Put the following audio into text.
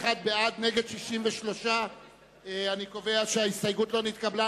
41 בעד, נגד, 63. אני קובע שההסתייגות לא נתקבלה.